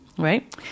Right